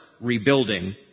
rebuilding